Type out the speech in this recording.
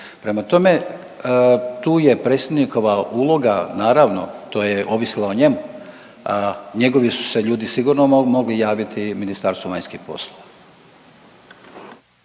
Prema tome, tu je predsjednikova uloga naravno to je ovisilo o njemu. Njegovi su se ljudi sigurno mogli javiti Ministarstvu vanjskih poslova.